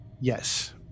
Yes